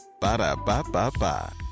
Ba-da-ba-ba-ba